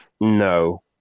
No